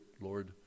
Lord